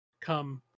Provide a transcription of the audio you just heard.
come